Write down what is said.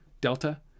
Delta